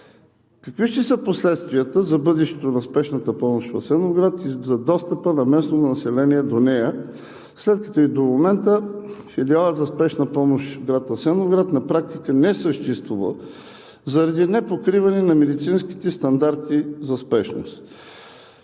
какви ще са последствията за бъдещето на Спешната помощ в Асеновград и за достъпа на местното население до нея, след като и до момента филиалът за Спешна помощ в град Асеновград на практика не съществува заради непокриване на медицинските стандарти за спешност?